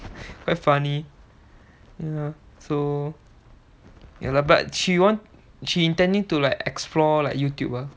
quite funny ya so ya lah but she want she intending to like explore like youtube ah